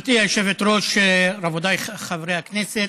גברתי היושבת-ראש, רבותיי חברי הכנסת.